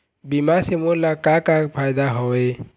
बीमा से मोला का का फायदा हवए?